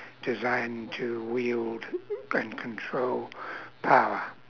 designed to wield and control power